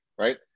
right